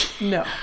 no